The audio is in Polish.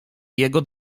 jego